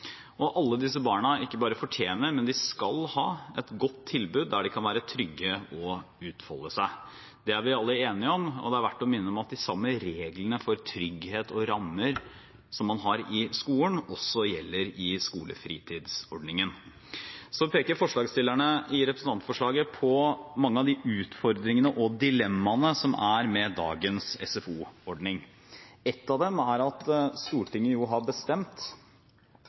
Alle disse barna ikke bare fortjener, men skal ha et godt tilbud der de kan være trygge og kan utfolde seg. Det er vi alle enige om, og det er verdt å minne om at de samme reglene for trygghet og rammer som man har i skolen, også gjelder i skolefritidsordningen. Forslagstillerne peker i representantforslaget på mange av utfordringene og dilemmaene med dagens SFO-ordning. Ett av dem er at Stortinget har bestemt